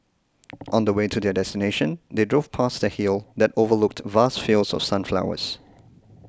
on the way to their destination they drove past a hill that overlooked vast fields of sunflowers